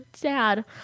Dad